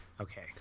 Okay